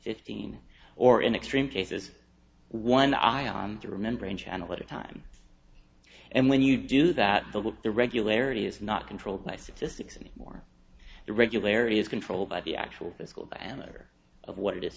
fifteen or in extreme cases one ion to remembering channel at a time and when you do that with the regularity is not controlled by statistics any more the regularity is controlled by the actual physical banner of what it is